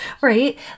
right